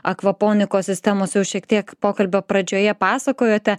akvoponikos sistemos jau šiek tiek pokalbio pradžioje pasakojote